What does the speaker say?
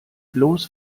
bloß